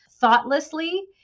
thoughtlessly